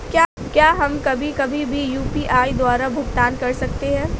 क्या हम कभी कभी भी यू.पी.आई द्वारा भुगतान कर सकते हैं?